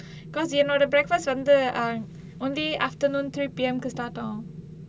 because you know the breakfast wonder uh only afternoon three P_M can start on